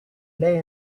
lay